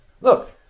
Look